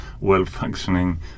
well-functioning